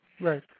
Right